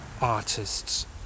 artists